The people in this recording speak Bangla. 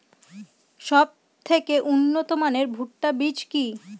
সবথেকে উন্নত মানের ভুট্টা বীজ কি?